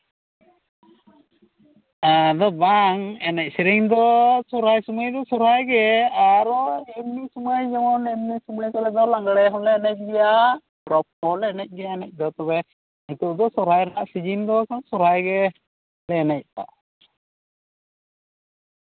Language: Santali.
ᱦᱮᱸ ᱟᱫᱚ ᱵᱟᱝ ᱮᱱᱮᱡ ᱥᱮᱹᱨᱮᱹᱧ ᱫᱚ ᱥᱚᱨᱦᱟᱭ ᱥᱚᱢᱚᱭ ᱫᱚ ᱥᱚᱨᱦᱟᱭ ᱜᱮ ᱟᱨᱚ ᱮᱢᱱᱤ ᱥᱚᱢᱚᱭ ᱫᱚ ᱞᱟᱸᱜᱽᱲᱮ ᱦᱚᱞᱮ ᱮᱱᱮᱡ ᱜᱮᱭᱟ ᱯᱚᱨᱚᱵᱽ ᱠᱚᱦᱚᱸ ᱞᱮ ᱮᱱᱮᱡ ᱜᱮᱭᱟ ᱮᱱᱮᱡ ᱫᱚ ᱟᱫᱚ ᱛᱚᱵᱮ ᱱᱤᱛᱚᱜ ᱫᱚ ᱥᱚᱨᱦᱟᱭ ᱨᱮᱱᱟᱜ ᱥᱤᱡᱤᱱ ᱫᱚ ᱥᱚᱨᱦᱟᱭ ᱜᱮᱞᱮ ᱮᱱᱮᱡᱟ